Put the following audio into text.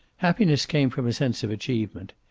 happiness came from a sense of achievement.